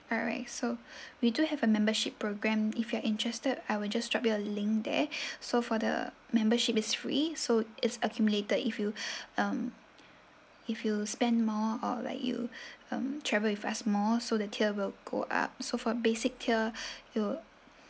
alright so we do have a membership program if you are interested I will just drop you a link there so for the membership is free so is accumulated if you um if you spend more or like you um travel with us more so the tier will go up so for basic tier it'll